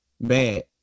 Bad